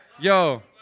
Yo